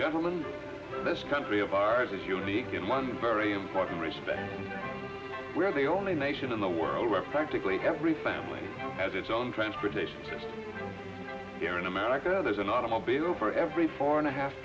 gentlemen this country of ours is unique in one very important respect we're the only nation in the world where practically every family has its own transportation here in america there's an automobile for every four and a half